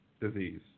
disease